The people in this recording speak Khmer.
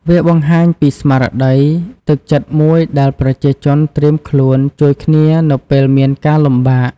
វាបង្ហាញពីស្មារតី ទឹកចិត្តមួយដែលប្រជាជនត្រៀមខ្លួនជួយគ្នានៅពេលមានការលំបាក។